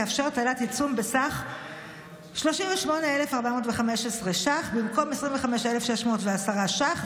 תאפשר הטלת עיצום בסך 38,415 שקלים במקום 25,610 שקלים,